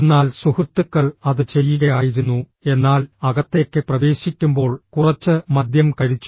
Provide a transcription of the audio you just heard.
എന്നാൽ സുഹൃത്തുക്കൾ അത് ചെയ്യുകയായിരുന്നു എന്നാൽ അകത്തേക്ക് പ്രവേശിക്കുമ്പോൾ കുറച്ച് മദ്യം കഴിച്ചു